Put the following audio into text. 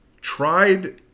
tried